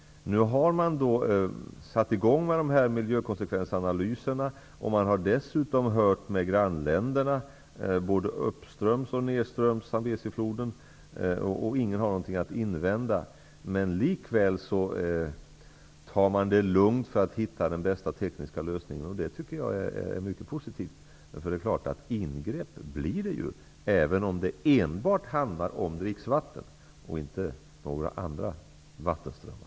Nu har man satt i gång med miljökonsekvensanalyserna. Man har dessutom hört med grannländerna både uppströms och nedströms Zambezifloden. Ingen har något att invända. Likväl tar man det lugnt för att hitta den bästa tekniska lösningen. Det tycker jag är mycket positivt. Ingrepp blir det givetvis, även om det enbart handlar om dricksvatten och inte några andra vattenströmmar.